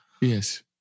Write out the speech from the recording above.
Yes